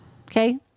Okay